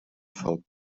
felt